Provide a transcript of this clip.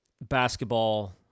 basketball